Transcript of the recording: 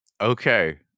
Okay